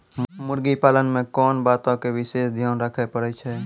मुर्गी पालन मे कोंन बातो के विशेष ध्यान रखे पड़ै छै?